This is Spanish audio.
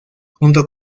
junto